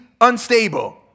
unstable